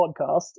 podcast